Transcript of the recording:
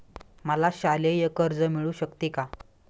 मला शालेय कर्ज मिळू शकते का?